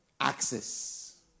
access